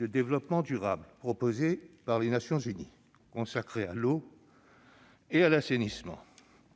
de développement durable proposé par les Nations unies, consacré à l'eau et à l'assainissement.